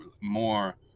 more